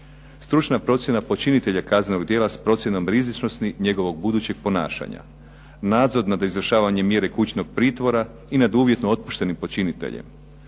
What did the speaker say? Stručna procjena počinitelja kaznenog djela s procjenom rizičnosti njegovog budućeg ponašanja. Nadzor nad izvršavanjem mjere kućnog pritvora i nad uvjetno otpuštenim počiniteljem.